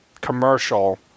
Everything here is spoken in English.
commercial